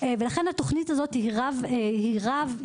לכן התוכנית הזו היא רב משרדית,